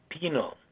penal